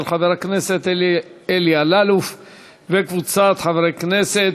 של חבר הכנסת אלי אלאלוף וקבוצת חברי כנסת.